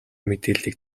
мэдээллийг